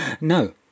no